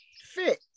fit